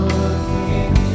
looking